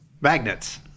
magnets